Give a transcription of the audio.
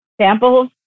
samples